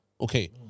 Okay